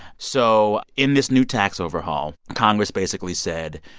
so in this new tax overhaul, congress basically said,